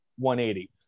180